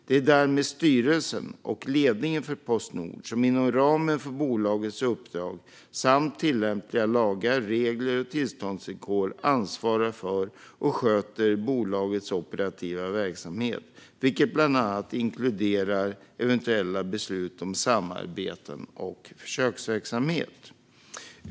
Det är därmed styrelsen och ledningen för Postnord som inom ramen för bolagets uppdrag samt tillämpliga lagar, regler och tillståndsvillkor ansvarar för och sköter bolagets operativa verksamhet, vilket bland annat inkluderar eventuella beslut om samarbeten och försöksverksamhet.